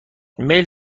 میل